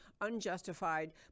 unjustified